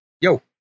yo